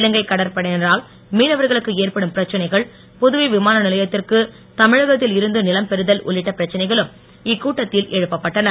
இலங்கை கடற்படையினரால் மீனவர்களுக்கு ஏற்படும் பிரச்சனைகள் புதுவை விமான நிலையத்திற்கு தமிழகத்தில் இருந்து நிலம் பெறுதல் உள்ளிட்ட பிரச்சனைகளும் இக்கூட்டத்தில் எழுப்பப்பட்டன